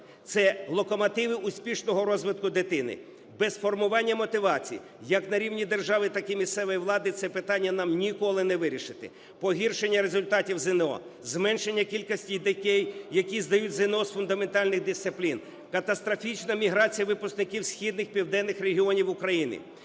це локомотиви успішного розвитку дитини. Без формування мотивацій, як на рівні держави, так і місцевої влади це питання нам ніколи не вирішити. Погіршення результатів ЗНО, зменшення кількості дітей, які здають ЗНО з фундаментальних дисциплін, катастрофічна міграція випускників східних, південних регіонів України